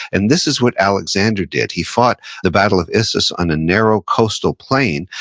and this is what alexander did he fought the battle of issus on a narrow coastal plain,